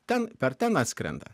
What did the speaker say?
ten per ten atskrenda